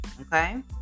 okay